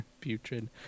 Putrid